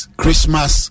Christmas